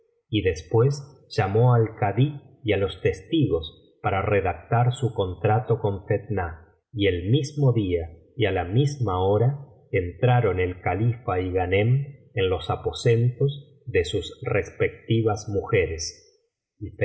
y después llamó al kaclí y á los testigos para redactar su contrato con fetnah y el mismo día y a la misma hora entraron el califa y ghanem en los aposentos de sus respectivas mujeres